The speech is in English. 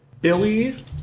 Billy